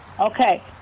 Okay